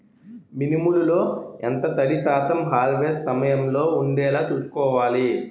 మినుములు లో ఎంత తడి శాతం హార్వెస్ట్ సమయంలో వుండేలా చుస్కోవాలి?